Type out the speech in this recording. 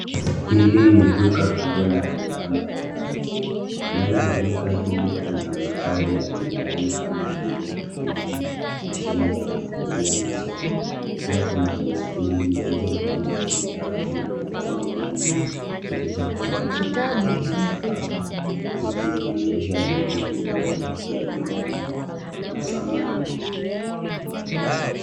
Hili ni duka kubwa la bidhaa mbalimbali. Ndani ya duka hili kuna vifaa vya nyumbani kama vile friji, mashine za kufulia na sofa. Pia kuna baiskeli zilizopangwa kwenye rafu na bidhaa nyingine nyingi zilizopangwa kwenye rafu na sakafu zikijumuisha vitu vidogo vya nyumbani na samani.